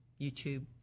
YouTube